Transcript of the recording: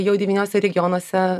jau devyniuose regionuose